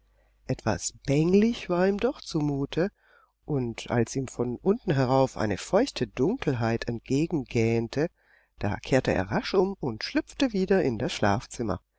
etwas bänglich war ihm doch zumute und als ihm von unten herauf eine feuchte dunkelheit entgegengähnte da kehrte er rasch um und schlüpfte wieder in das schlafzimmer